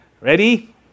Ready